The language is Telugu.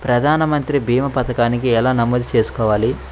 ప్రధాన మంత్రి భీమా పతకాన్ని ఎలా నమోదు చేసుకోవాలి?